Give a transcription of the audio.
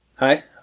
Hi